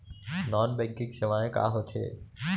non banking सेवाएं का होथे